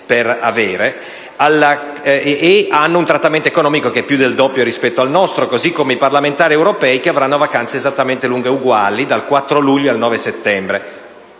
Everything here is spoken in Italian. inoltre un trattamento economico che è più del doppio rispetto al nostro, così come i parlamentari europei, che avranno vacanze della stessa durata: dal 4 luglio al 9 settembre.